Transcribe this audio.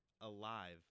alive